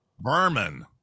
Berman